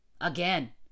again